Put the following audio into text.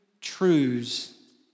truths